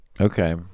Okay